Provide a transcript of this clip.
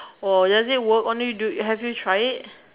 oh does it work on you do you have you try it